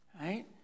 right